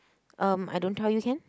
um I don't tell you can